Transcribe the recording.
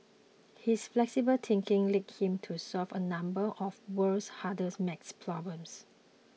his flexible thinking led him to solve a number of the world's hardest maths problems